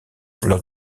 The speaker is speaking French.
lors